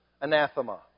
anathema